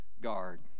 guard